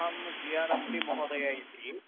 अहं G R अम्लि महोदय इति